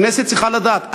הכנסת צריכה לדעת,